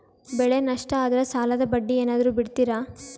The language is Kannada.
ಬೆಳೆ ನಷ್ಟ ಆದ್ರ ಸಾಲದ ಬಡ್ಡಿ ಏನಾದ್ರು ಬಿಡ್ತಿರಾ?